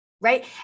Right